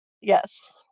Yes